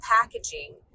packaging